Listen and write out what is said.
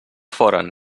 foren